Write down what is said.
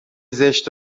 زشت